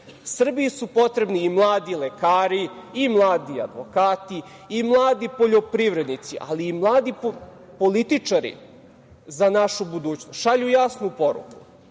su potrebni i mladi lekari, i mladi advokati, i mladi poljoprivrednici, ali i mladi političari, za našu budućnost. Šalju jasnu poruku.